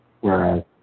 whereas